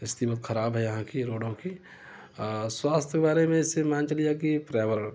स्थिति बहुत खराब है यहाँ की रोडों की स्वास्थ्य के बारे में श्रीमान चलिए